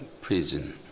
prison